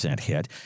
hit